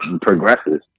progresses